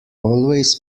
always